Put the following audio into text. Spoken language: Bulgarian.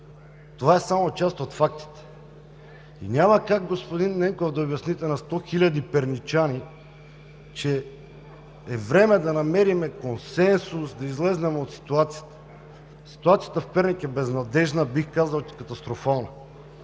Това са само част от фактите. Няма как, господин Ненков, да обясните на сто хиляди перничани, че е време да намерим консенсус, да излезем от ситуацията. Ситуацията в Перник е безнадеждна, бих казал, катастрофална.